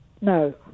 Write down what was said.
no